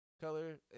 color